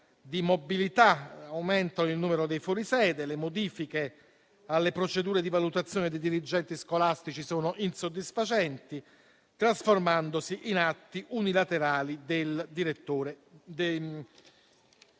di mobilità aumentano il numero dei fuori sede; le modifiche alle procedure di valutazione dei dirigenti scolastici sono insoddisfacenti, trasformandosi in atti unilaterali del direttore